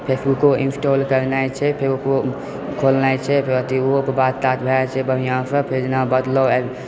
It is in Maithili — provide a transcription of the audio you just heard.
फेसबुको इनस्टॉल कयने छै फेर ओकरो खोले छै फेर ओहो पर अथी बात तात भए जाइत छै बढ़िआँसँ फेर जेना बदलाव आबि